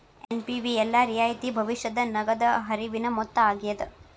NPV ಎಲ್ಲಾ ರಿಯಾಯಿತಿ ಭವಿಷ್ಯದ ನಗದ ಹರಿವಿನ ಮೊತ್ತ ಆಗ್ಯಾದ